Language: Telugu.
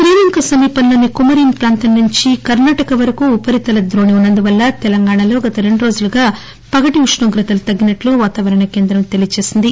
శ్రీలంక సమీపంలోని కుమరీస్ పాంతం నుంచి కర్ణాటక వరకు ఉపరితల దోణి ఉ న్నందున తెలంగాణలో గత రెండు రోజులుగా పగటి ఉష్ణోగ్రతలు తగ్గినట్టు వాతావరణ కేందం తెలిపింది